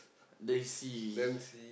then you see